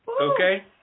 Okay